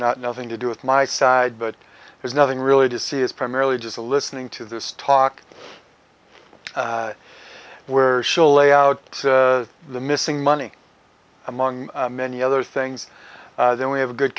not nothing to do with my side but there's nothing really to see it's primarily just a listening to this talk where she'll lay out the missing money among many other things then we have a good